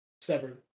severed